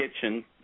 kitchen